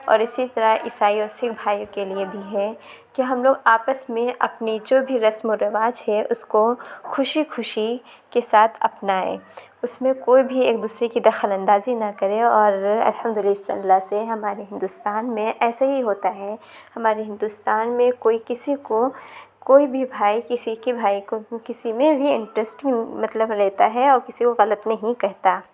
اور اسی طرح عیسائیوں سکھ بھائیوں کے لیے بھی ہے کہ ہم لوگ آپس میں اپنی جو بھی رسم و رواج ہے اس کو خوشی خوشی کے ساتھ اپنائیں اس میں کوئی بھی ایک دوسرے کی دخل اندازی نہ کرے اور الحمد للہ سے ہمارے ہندوستان میں ایسے ہی ہوتا ہے ہمارے ہندوستان میں کوئی کسی کو کوئی بھی بھائی کسی کے بھائی کو وہ کسی میں بھی انسٹرسٹنگ مطلب لیتا ہے اور کسی کو غلط نہیں کہتا